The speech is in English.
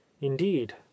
indeed